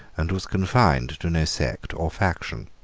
and was confined to no sect or faction.